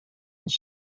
his